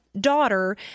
daughter